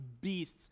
beasts